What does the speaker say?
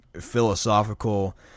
philosophical